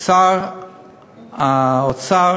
שר האוצר